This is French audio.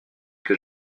que